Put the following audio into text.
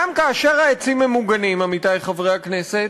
גם כאשר העצים מוגנים, עמיתי חברי הכנסת,